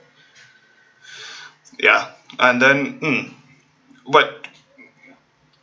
ya and then mm but